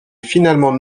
finalement